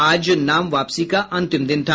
आज नाम वापसी का अंतिम दिन था